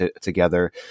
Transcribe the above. together